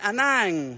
Anang